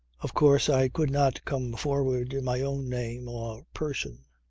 of course i could not come forward in my own name, or person.